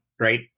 Right